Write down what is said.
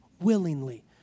willingly